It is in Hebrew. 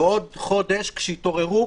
בעוד חודש כשיתעוררו,